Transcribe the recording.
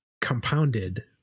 compounded